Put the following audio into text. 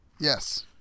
yes